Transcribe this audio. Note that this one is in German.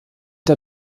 der